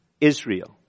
Israel